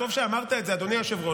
טוב שאמרת את זה, אדוני היושב-ראש.